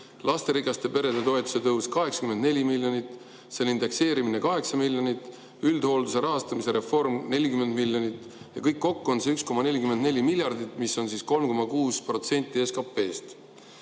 lasterikaste perede toetuse tõus – 84 miljonit, selle indekseerimine – 8 miljonit; üldhoolduse rahastamise reform – 40 miljonit. Kõik see kokku on 1,44 miljardit, mis on 3,6% SKP-st.